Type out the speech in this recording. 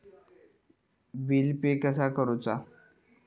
Bill pay कसा करुचा?